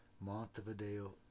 Montevideo